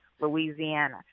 Louisiana